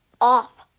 off